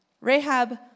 Rahab